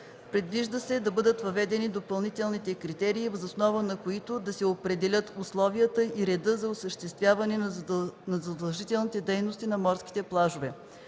Предвижда се да бъдат въведени допълнителните критерии, въз основа на които да се определят условията и реда за осъществяване на задължителните дейности на морските плажове.